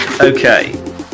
Okay